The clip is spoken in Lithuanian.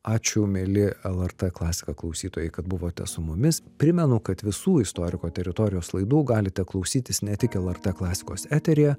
ačiū mieli lrt klasika klausytojai kad buvote su mumis primenu kad visų istoriko teritorijos laidų galite klausytis ne tik lrt klasikos eteryje